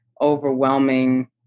overwhelming